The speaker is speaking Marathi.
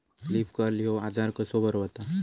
लीफ कर्ल ह्यो आजार कसो बरो व्हता?